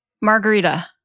Margarita